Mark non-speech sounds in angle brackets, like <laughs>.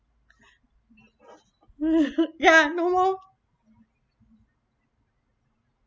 <laughs> ya no more